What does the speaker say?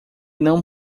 não